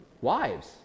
wives